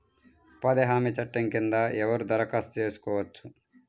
ఉపాధి హామీ చట్టం కింద ఎవరు దరఖాస్తు చేసుకోవచ్చు?